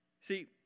See